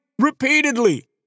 repeatedly